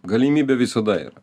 galimybė visada yra